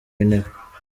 w’intebe